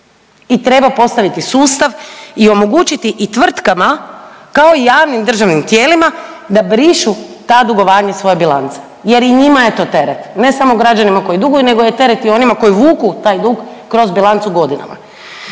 i treba postaviti sustav i omogućiti i tvrtkama kao i javnim državnim tijelima da brišu ta dugovanja iz svoje bilance jer i njima je to teret, ne samo građanima koji duguju nego je teret i onima koji vuku taj dug kroz bilancu godinama.